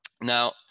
Now